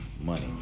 money